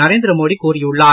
நரேந்திர மோடி கூறியுள்ளார்